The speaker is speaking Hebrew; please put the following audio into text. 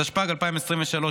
התשפ"ג 2023,